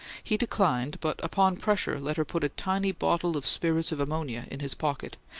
he declined, but upon pressure let her put a tiny bottle of spirits of ammonia in his pocket,